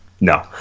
no